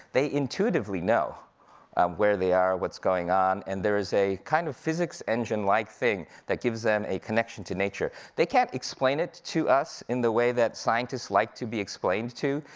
they intuitively know where they are, what's going on, and there is a kind of physics engine-like thing that gives them a connection to nature. they can't explain it to us in the way that scientists like to be explained to,